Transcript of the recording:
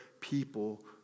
people